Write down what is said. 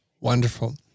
Wonderful